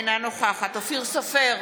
אינה נוכחת אופיר סופר,